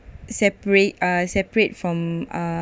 separate uh separate from uh